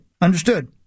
Understood